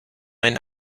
ein